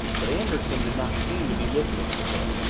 but anderson did not seem to be listening to her.